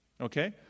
okay